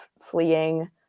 fleeing